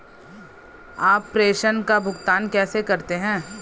आप प्रेषण का भुगतान कैसे करते हैं?